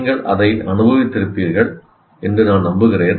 நீங்கள் அதை அனுபவித்திருப்பீர்கள் என்று நான் நம்புகிறேன்